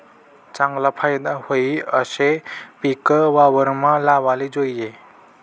चागला फायदा व्हयी आशे पिक वावरमा लावाले जोयजे